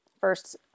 first